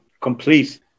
complete